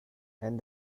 and